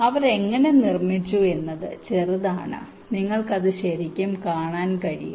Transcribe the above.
അവർ എങ്ങനെ നിർമ്മിച്ചു എന്നത് ചെറുതാണ് നിങ്ങൾക്ക് അത് ശരിക്കും കാണാൻ കഴിയും